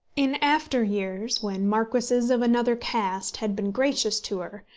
in after years, when marquises of another caste had been gracious to her,